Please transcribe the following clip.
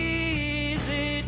easy